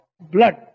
blood